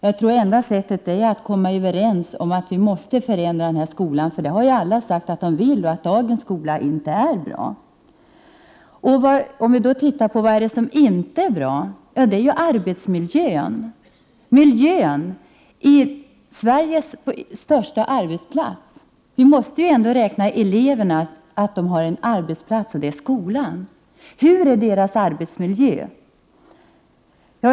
Jag tror att enda sättet att komma överens är att tillsammans förändra skolan. För det har ju alla sagt att de vill och att dagens skola inte är bra. Vad är det som inte är bra? Jo, arbetsmiljön i Sveriges största arbetsplats. Vi måste ändå räkna skolan som elevernas arbetsplats. Hurdan är deras arbetsmiljö?